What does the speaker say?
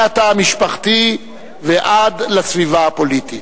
מהתא המשפחתי ועד לסביבה הפוליטית.